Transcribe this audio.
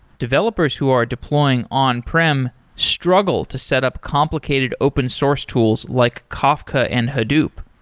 developers who are deploying on-prem struggle to set up complicated open source tools, like kafka and hadoop.